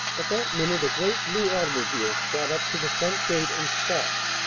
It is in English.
at that minute a great blue automobile shot up to the front gate, and stopped.